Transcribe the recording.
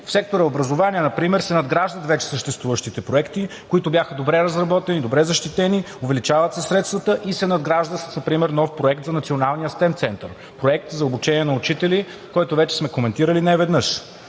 В сектор „Образование“ например се надграждат вече съществуващите проекти, които бяха добре разработени, добре защитени, увеличават се средствата и се надгражда например с нов проект за Националния STEM център – проект за обучение на учители, който вече сме коментирали неведнъж.